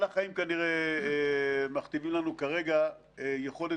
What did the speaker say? אבל החיים כנראה מכתיבים לנו כרגע יכולת